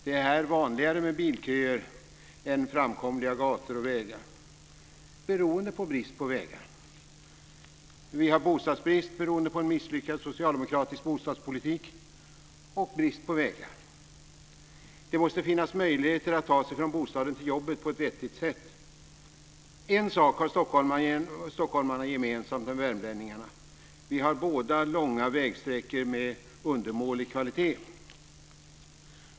Det är här vanligare med bilköer än framkomliga gator och vägar, beroende på brist på vägar. Vi har bostadsbrist, beroende på en misslyckad socialdemokratisk bostadspolitik, och vi har brist på vägar. Det måste finnas möjligheter att ta sig från bostaden till jobbet på ett vettigt sätt. En sak har stockholmarna gemensam med värmlänningarna. Vi har båda långa vägsträckor med undermålig kvalitet.